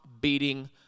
beating